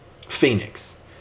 Phoenix